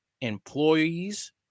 employees